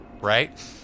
right